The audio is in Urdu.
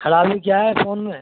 کھرابی کیا ہے فون میں